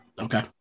Okay